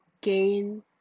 gain